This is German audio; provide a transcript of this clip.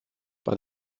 bei